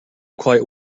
quite